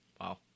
Wow